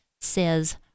says